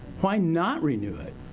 why not renew it?